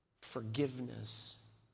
forgiveness